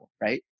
right